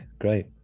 great